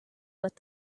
what